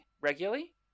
regularly